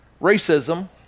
Racism